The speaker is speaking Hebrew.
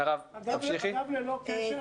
אגב, ללא קשר,